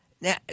Now